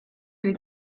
olid